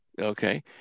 Okay